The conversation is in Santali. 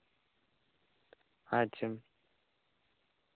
ᱟᱪᱪᱷᱟ